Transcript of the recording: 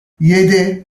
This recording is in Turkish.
yedi